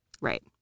Right